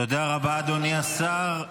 תודה רבה, אדוני השר,